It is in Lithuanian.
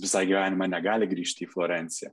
visą gyvenimą negali grįžti į florenciją